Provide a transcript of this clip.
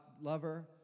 lover